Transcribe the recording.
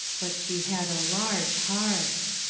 but she had a large heart!